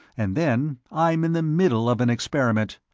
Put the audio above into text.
and then, i'm in the middle of an experiment,